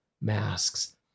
masks